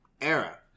era